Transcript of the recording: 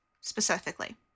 specifically